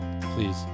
please